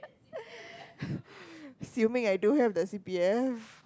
assuming I don't have the C_P_F